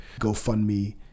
GoFundMe